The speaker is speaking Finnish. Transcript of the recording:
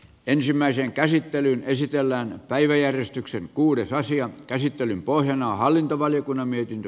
ensimmäisen käsittelyn esityöllään päiväjärjestyksen kuudes asian käsittelyn pohjana on hallintovaliokunnan mietintö